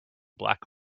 black